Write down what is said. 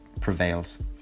prevails